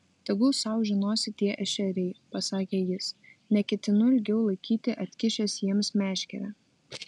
tegul sau žinosi tie ešeriai pasakė jis neketinu ilgiau laikyti atkišęs jiems meškerę